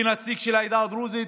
כנציג של העדה הדרוזית,